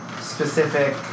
specific